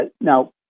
Now